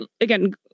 again